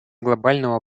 глобального